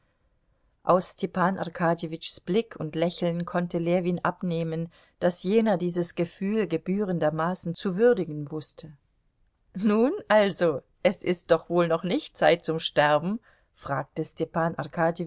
aus stepan arkadjewitschs blick und lächeln konnte ljewin abnehmen daß jener dieses gefühl gebührendermaßen zu würdigen wußte nun also es ist doch wohl noch nicht zeit zum sterben fragte stepan